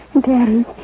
Daddy